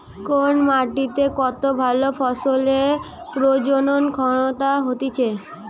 কোন মাটিতে কত ভালো ফসলের প্রজনন ক্ষমতা হতিছে